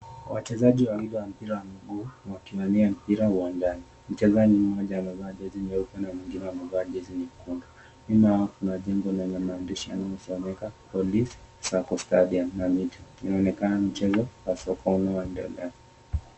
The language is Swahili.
Wachezaji wa mpira wa mguu wakiwang'ang'ania mpira uwanjani. Mchezaji mmoja amevaa jezi nyeupe na mwengine amevaa jezi nyekundu. Nyuma yao kuna mahandishi yasiyosomeka Police Sacco Stadium na miti inaonekana mchezo wa soka waendelea.